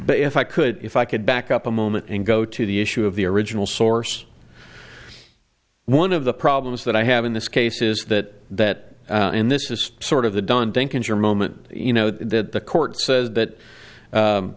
but if i could if i could back up a moment and go to the issue of the original source one of the problems that i have in this case is that that in this is sort of the don denkinger moment you know that the court says that